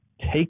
Take